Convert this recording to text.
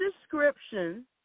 description